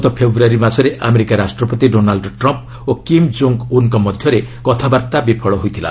ଗତ ଫେବୃୟାରୀ ମାସରେ ଆମେରିକା ରାଷ୍ଟ୍ରପତି ଡୋନାଲ୍ଚ ଟ୍ରମ୍ପ୍ ଓ କିମ୍ ଜୋଙ୍ଗ୍ ଉନ୍ଙ୍କ ମଧ୍ୟରେ କଥାବାର୍ତ୍ତା ବିଫଳ ହୋଇଥିଲା